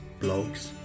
blogs